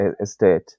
estate